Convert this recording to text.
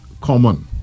common